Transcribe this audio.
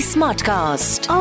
Smartcast